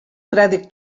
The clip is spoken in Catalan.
crèdit